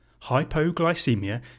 hypoglycemia